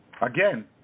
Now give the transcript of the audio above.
Again